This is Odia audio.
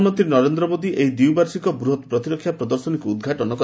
ପ୍ରଧାନମନ୍ତ୍ରୀ ନରେନ୍ଦ୍ର ମୋଦି ଏହି ଦ୍ୱିବାର୍ଷିକ ବୃହତ ପ୍ରତିରକ୍ଷା ପ୍ରଦର୍ଶନୀକୁ ଉଦ୍ଘାଟନ କରିବେ